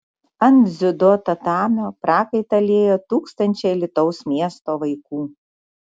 ant dziudo tatamio prakaitą liejo tūkstančiai alytaus miesto vaikų